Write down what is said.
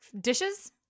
dishes